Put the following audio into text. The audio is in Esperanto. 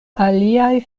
aliaj